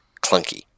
clunky